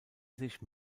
sich